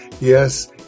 Yes